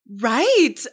Right